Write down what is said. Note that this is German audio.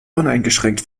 uneingeschränkt